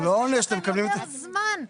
זה לוקח זמן.